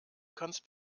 kannst